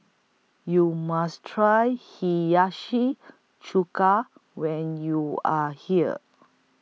YOU must Try Hiyashi Chuka when YOU Are here